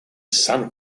san